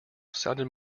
sounded